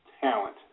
talent